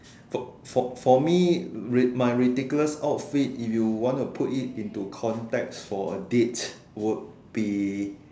for for for me my ridiculous outfit if you want to put it into context for a dates would be